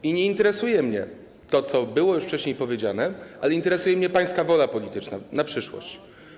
I nie interesuje mnie to, co było już wcześniej powiedziane, ale interesuje mnie pańska wola polityczna na przyszłość.